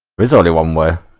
bizarrely one where